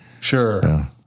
Sure